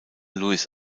louis